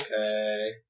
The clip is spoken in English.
Okay